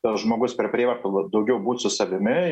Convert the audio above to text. tas žmogus per prievartą daugiau būt su savimi